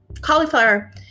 cauliflower